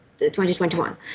2021